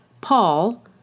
Paul